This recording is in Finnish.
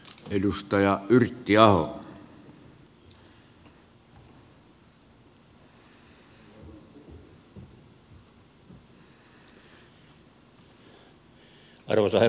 arvoisa herra puhemies